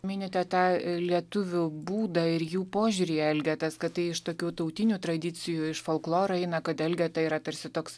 minite tą lietuvių būdą ir jų požiūrį elgetas kad tai iš tokių tautinių tradicijų iš folkloro eina kad elgeta yra tarsi toks